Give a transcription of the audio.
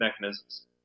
mechanisms